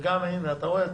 אני הלכתי,